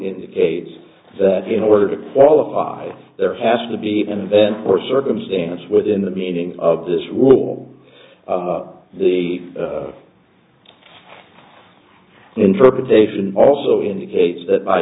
indicates that in order to qualify there has to be invented or circumstance within the meaning of this rule the interpretation also indicates that by